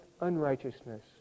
unrighteousness